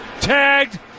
Tagged